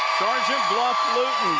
sergeant bluff-luton,